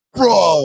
bro